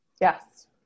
Yes